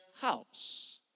house